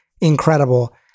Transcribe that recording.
incredible